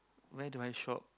where do I shop